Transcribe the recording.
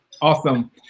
Awesome